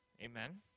Amen